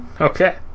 okay